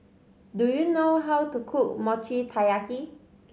do you know how to cook Mochi Taiyaki